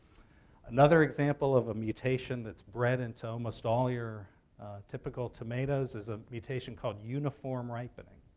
another example of a mutation that's bred into almost all your typical tomatoes is a mutation called uniform ripening.